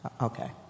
Okay